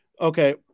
Okay